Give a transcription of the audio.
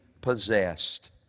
possessed